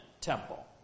temple